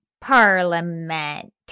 parliament